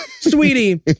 sweetie